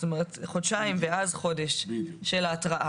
כלומר חודשיים ואז חודש של התראה.